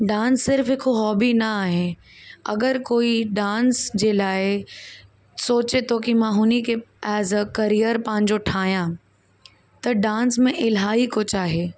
dance सिर्फ़ हिकु hobby न आहे अगरि कोई डांस जे लाइ सोचे थो की मां हुनखे एज़ अ करियर पंहिंजो ठाहियां त डांस में इलाही कुझु आहे